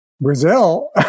Brazil